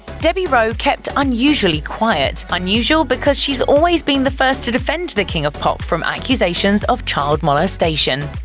debbie rowe kept unusually quiet, unusual because she's always been the first to defend the king of pop from accusations of child molestation.